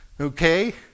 Okay